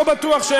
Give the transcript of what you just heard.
לא בטוח.